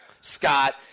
Scott